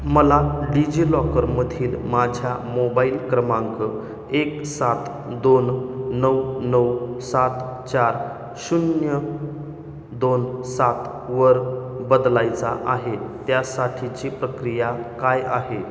मला डिजिलॉकरमधील माझ्या मोबाईल क्रमांक एक सात दोन नऊ नऊ सात चार शून्य दोन सातवर बदलायचा आहे त्यासाठीची प्रक्रिया काय आहे